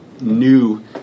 new